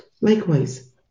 Likewise